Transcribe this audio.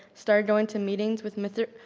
started going to meetings with mr.